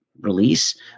release